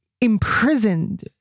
imprisoned